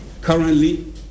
currently